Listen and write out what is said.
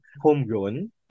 homegrown